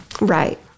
Right